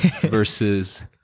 versus